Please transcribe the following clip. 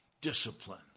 discipline